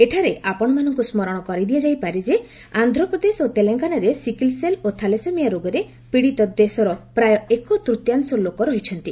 ଏଠାରେ ଆପଣମାନଙ୍କୁ ସ୍କରଣ କରିଦିଆଯାଇପାରେ ଆନ୍ଧ୍ରପ୍ରଦେଶ ଓ ତେଲେଙ୍ଗାନାରେ ସିକଲ୍ ସେଲ ଓ ଥାଲାସେମିଆ ରୋଗରେ ପୀଡିତ ଦେଶର ପ୍ରାୟ ଏକ ତୂତୀୟାଂଶ ଲୋକ ରହିଛନ୍ତି